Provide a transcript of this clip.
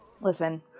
Listen